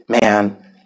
man